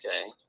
okay